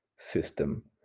system